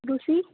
குஷி